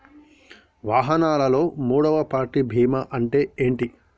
వాహనాల్లో మూడవ పార్టీ బీమా అంటే ఏంటి?